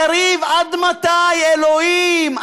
יריב, עד מתי, אלוהים?